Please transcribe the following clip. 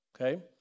Okay